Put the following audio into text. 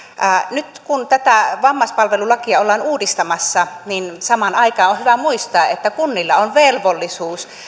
nyt kun tätä vammaispalvelulakia ollaan uudistamassa niin samaan aikaan on hyvä muistaa että kunnilla on velvollisuus